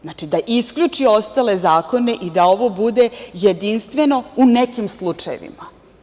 Znači, da isključi ostale zakone i da ovo bude jedinstveno u nekim slučajevima.